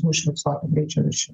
užfiksuotų greičio viršijimų